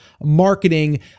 marketing